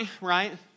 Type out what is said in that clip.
Right